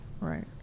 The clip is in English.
right